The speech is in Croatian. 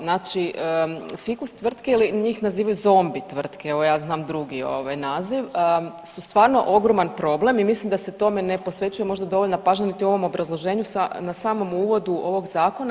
Znači fikus tvrtke ili njih nazivaju zombi tvrtke, evo ja znam drugi ovaj naziv su stvarno ogroman problem i mislim da se tome ne posvećuje možda dovoljna pažnja niti u ovom obrazloženju na samom uvodu ovog zakona.